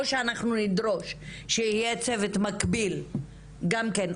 או שאנחנו נדרוש שיהיה צוות מקביל גם כן,